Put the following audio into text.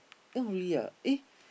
oh really ah eh